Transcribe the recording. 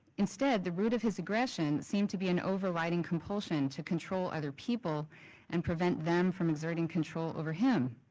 instead the root of his aggression seemed to be an overriding compulsion to control other people and prevent them from exerting control over him.